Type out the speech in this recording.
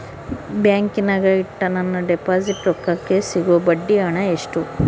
ಬ್ಯಾಂಕಿನಾಗ ಇಟ್ಟ ನನ್ನ ಡಿಪಾಸಿಟ್ ರೊಕ್ಕಕ್ಕೆ ಸಿಗೋ ಬಡ್ಡಿ ಹಣ ಎಷ್ಟು?